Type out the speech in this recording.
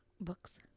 books